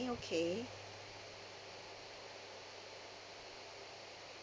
okay